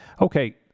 Okay